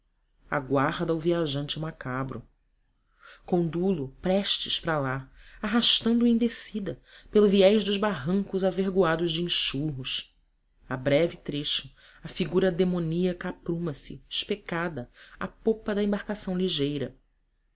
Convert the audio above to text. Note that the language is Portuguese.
aguarda o viajante macabro condu lo prestes para lá arrastando o em descida pelo viés dos barrancos avergoados de enxurros a breve trecho a figura demoníaca apruma se especada à popa da embarcação ligeira